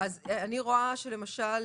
אני רואה שלמשל